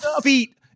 feet